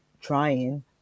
trying